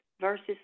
Versus